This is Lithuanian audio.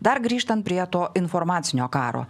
dar grįžtant prie to informacinio karo